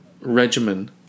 regimen